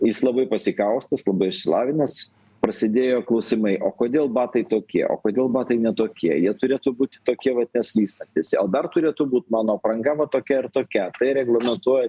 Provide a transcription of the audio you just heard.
jis labai pasikaustęs labai išsilavinęs prasidėjo klausimai o kodėl batai tokie o kodėl batai ne tokie jie turėtų būt tokie vat neslystantys o dar turėtų būt mano apranga va tokia ir tokia tai reglamentuoja